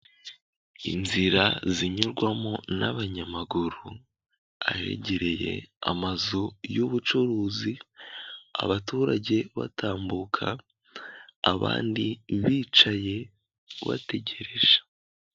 Inzira zinyurwamo n'abanyamaguru ahegereye amazu y'ubucuruzi, abaturage batambuka abandi bicaye bategereje.